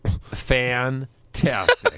Fantastic